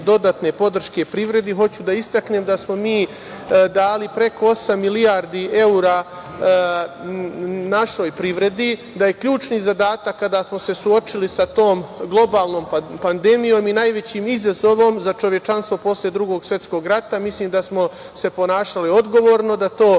dodatne podrške privredi hoću da istaknem da smo mi dali preko osam milijardi evra našoj privredi, da je ključni zadatak kada smo se suočili sa tom globalnom pandemijom i najvećim izazovom za čovečanstvo posle Drugog svetskog rata mislim da smo se ponašali odgovorno, da to